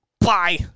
Bye